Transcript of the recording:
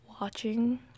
watching